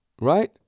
right